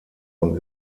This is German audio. und